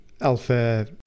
Alpha